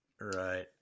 right